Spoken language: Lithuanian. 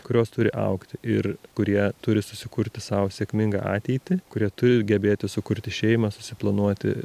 kurios turi augti ir kurie turi susikurti sau sėkmingą ateitį kurie turi gebėti sukurti šeimą susiplanuoti